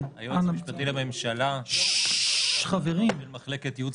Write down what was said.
היועץ המשפטי לממשלה וההחלטות של מחלקת ייעוץ